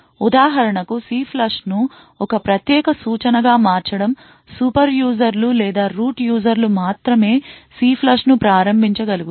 ఉదాహరణకు CLFLUSH ను ఒక ప్రత్యేక సూచనగా మార్చడం సూపర్ యూజర్లు లేదా రూట్ యూజర్లు మాత్రమే CLFLUSH ను ప్రారంభించ గలుగు తారు